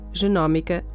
genómica